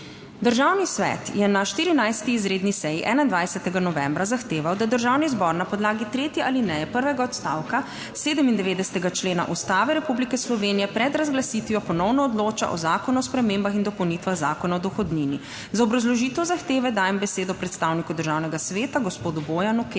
Državni svet je na 14. izredni seji 21. novembra zahteval, da Državni zbor na podlagi tretje alineje prvega odstavka 97. člena Ustave Republike Slovenije pred razglasitvijo ponovno odloča o Zakonu o spremembah in dopolnitvah Zakona o dohodnini. Za obrazložitev zahteve, dajem besedo predstavniku Državnega sveta, gospodu Bojanu